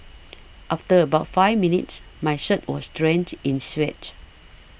after about five minutes my shirt was drenched in sweat